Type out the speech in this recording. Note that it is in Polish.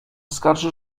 skarży